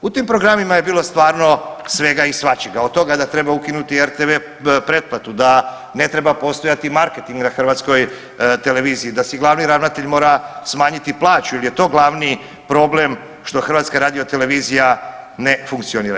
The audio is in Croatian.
U tim programima je bio stvarno svega i svačega, od toga da treba ukinuti RTV pretplatu, da ne treba postojati marketing na HRT-u, da si glavni ravnatelj mora smanjiti plaću jer je to glavni problem što HRT ne funkcionira.